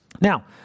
Now